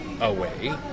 away